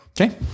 Okay